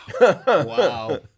Wow